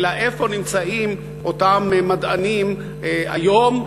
אלא איפה נמצאים אותם מדענים היום,